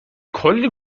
کلی